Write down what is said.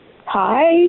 Hi